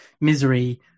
misery